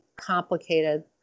complicated